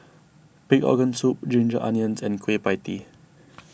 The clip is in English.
Pig Organ Soup Ginger Onions and Kueh Pie Tee